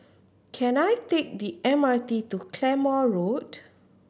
can I take the M R T to Claymore Road